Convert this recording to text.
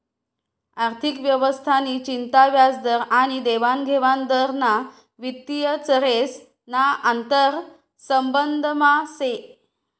आर्थिक अर्थव्यवस्था नि चिंता व्याजदर आनी देवानघेवान दर ना वित्तीय चरेस ना आंतरसंबंधमा से